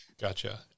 Gotcha